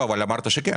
אבל אמרת שכן.